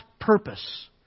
purpose